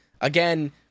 again